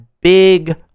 big